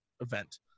event